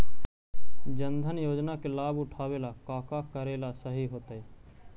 जन धन योजना के लाभ उठावे ला का का करेला सही होतइ?